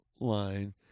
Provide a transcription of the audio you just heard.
line